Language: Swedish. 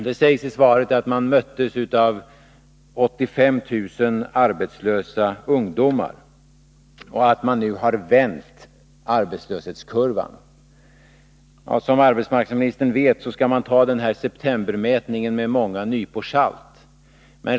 Det sägs i svaret att regeringen möttes av 85 000 arbetslösa ungdomar och att man nu har vänt arbetslöshetskurvan. Som arbetsmarknadsministern vet skall man ta den där septembermätningen med många nypor salt.